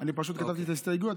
אני פשוט כתבתי את ההסתייגויות,